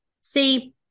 see